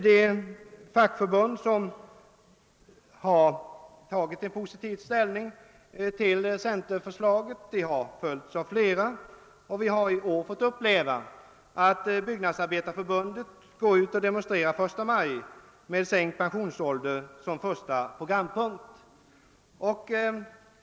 De fackförbund som först ställde sig positiva till centerpartiets förslag har följts av flera, och i årets förstamajdemonstration hade Byggnadsarbetarförbundet sänkt pensionsålder som första programpunkt.